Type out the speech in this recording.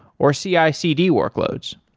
or cicd workloads